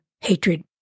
hatred